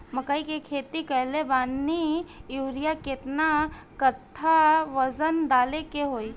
मकई के खेती कैले बनी यूरिया केतना कट्ठावजन डाले के होई?